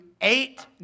eight